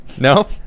no